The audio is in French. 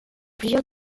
dizaines